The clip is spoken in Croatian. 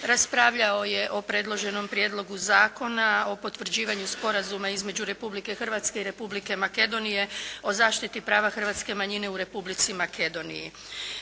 raspravljao je o predloženom Prijedlogu zakona o potvrđivanju Sporazuma između Republike Hrvatske i Republike Makedoniji o zaštiti prava hrvatske manjine u Republici Makedoniji.